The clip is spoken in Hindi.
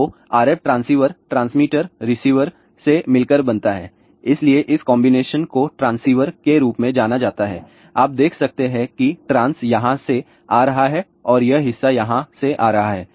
तो RF ट्रांसीवर ट्रांसमीटर रिसीवर से मिलकर बनता है इसलिए इस कॉन्बिनेशन को ट्रांसीवर के रूप में जाना जाता है आप देख सकते हैं कि ट्रांस यहाँ से आ रहा है और यह हिस्सा यहाँ से आ रहा है